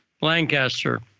Lancaster